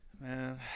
man